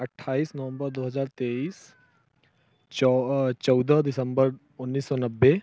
अट्ठाईस नवम्बर दो हज़ार तेईस च चौदह दिसम्बर उन्नीस सौ नब्बे